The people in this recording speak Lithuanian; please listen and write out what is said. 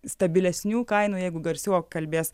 stabilesnių kainų jeigu garsiau apkalbės